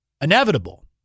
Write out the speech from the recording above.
Inevitable